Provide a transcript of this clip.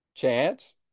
Chance